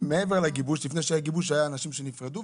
מעבר לגיבוש: לפני שהיה גיבוש היו אנשים שנפרדו,